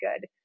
good